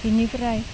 बिनिफ्राय